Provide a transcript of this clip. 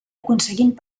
aconseguint